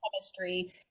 chemistry